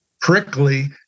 prickly